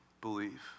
believe